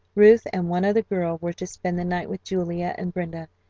ruth and one other girl were to spend the night with julia and brenda,